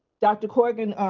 dr. korgan,